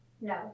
no